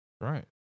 Right